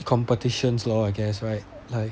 competitions lor I guess right like